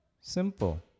Simple